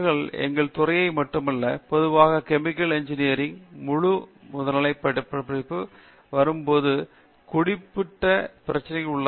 மாணவர்கள் எங்கள் துறையிலேயே மட்டுமல்ல பொதுவாக கெமிக்கல் இன்ஜினியரிங் ல் முழு முதுகலை பட்டப்படிப்பு படிப்புகளுக்கு வரும் போது குறிப்பிட்ட பிரச்சினைகள் உள்ளதா